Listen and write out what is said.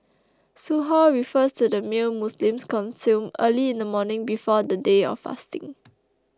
Suhoor refers to the meal Muslims consume early in the morning before the day of fasting